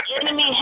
enemy